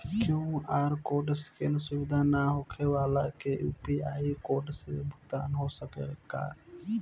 QR code scan सुविधा ना होखे वाला के यू.पी.आई कोड से भुगतान हो सकेला का?